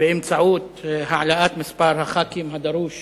באמצעות הגדלת מספר הח"כים הדרוש